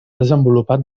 desenvolupat